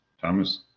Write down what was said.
Thomas